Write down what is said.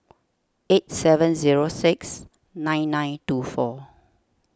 eight seven zero six nine nine two four